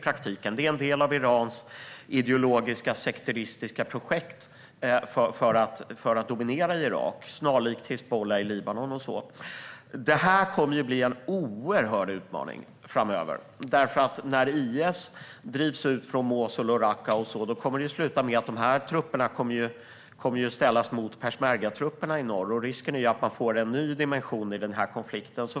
Det är en del av Irans ideologiska sekteristiska projekt för att dominera i Irak, snarlikt Hizbullah i Libanon. Detta kommer att bli en oerhörd utmaning framöver. När IS drivs ut från Mosul och Raqqa kommer det att sluta med att dessa trupper kommer att ställas mot peshmergatrupperna i norr. Risken är att man får en ny dimension i denna konflikt.